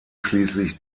schließlich